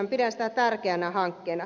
pidän sitä tärkeänä hankkeena